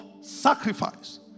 sacrifice